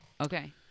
Okay